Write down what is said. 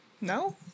No